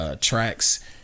tracks